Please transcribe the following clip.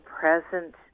present